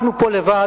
אנחנו פה לבד,